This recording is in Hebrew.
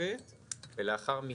נוספת ולאחר מכן,